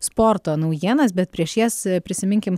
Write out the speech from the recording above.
sporto naujienas bet prieš jas prisiminkim